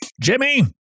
Jimmy